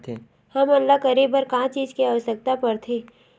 हमन ला करे बर का चीज के आवश्कता परथे?